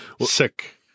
Sick